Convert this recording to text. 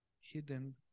hidden